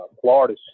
Florida